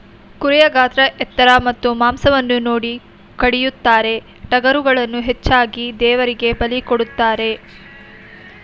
ಕುರಿಯ ಗಾತ್ರ ಎತ್ತರ ಮತ್ತು ಮಾಂಸವನ್ನು ನೋಡಿ ಕಡಿಯುತ್ತಾರೆ, ಟಗರುಗಳನ್ನು ಹೆಚ್ಚಾಗಿ ದೇವರಿಗೆ ಬಲಿ ಕೊಡುತ್ತಾರೆ